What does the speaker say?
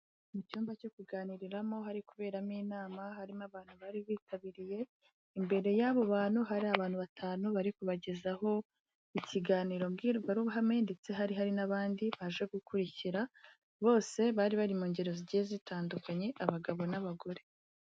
Mu cyumba cyo kuganiriramo hari kuberamo inama harimo abantu bari bitabiriye, imbere y'abo bantu hari abantu batanu bari kubagezaho ikiganiro mbwirwaruhame, ndetse hari hari n'abandi baje gukurikira, bose bari bari mu ngeri zigiye zitandukanye, abagabo n'abagore.